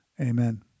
Amen